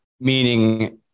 Meaning